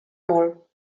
molt